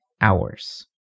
hours